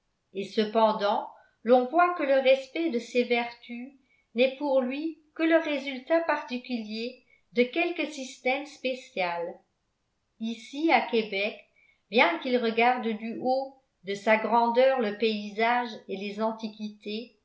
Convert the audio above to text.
et cependant l'on voit que le respect de ces vertus n'est pour lui que le résultat particulier de quelque système spécial ici à québec bien qu'il regarde du haut de sa grandeur le paysage et les antiquités